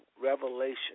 revelation